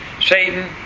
Satan